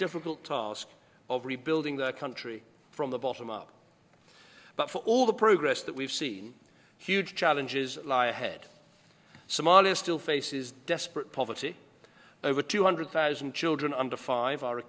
difficult task of rebuilding their country from the bottom up but for all the progress that we've seen huge challenges lie ahead somalia still faces desperate poverty over two hundred thousand children under five are